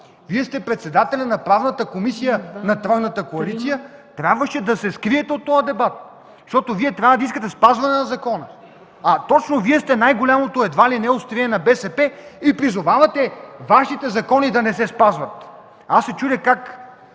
Вие сте председател на Правната комисия на тройната коалиция, трябваше да се скриете от този дебат, защото трябва да искате спазване на закона, а точно Вие сте едва ли не най-голямото острие на БСП и призовавате Вашите закони да не се спазват! Чудя се как